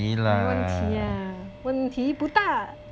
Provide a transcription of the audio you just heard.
没问题啊问题不大